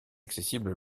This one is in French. accessible